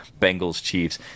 Bengals-Chiefs